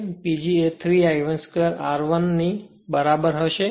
તેથી PG એ 3 I1 2 Rf ની બરાબર હશે